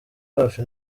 hafi